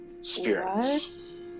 spirits